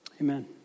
Amen